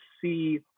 see